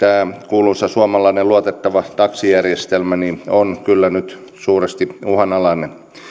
kuuluisa suomalainen luotettava taksijärjestelmä on kyllä nyt suuresti uhanalainen